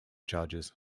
charges